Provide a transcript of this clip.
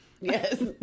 yes